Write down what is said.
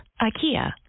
IKEA